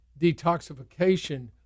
detoxification